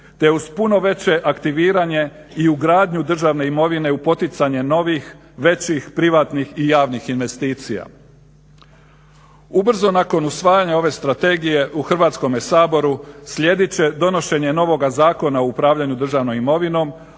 te uz puno veće aktiviranje i ugradnju državne imovine u poticanje novih, većih, privatnih i javnih investicija. Ubrzo nakon usvajanja ove strategije u Hrvatskome saboru slijedit će donošenje novoga Zakona o upravljanju državnom imovinom,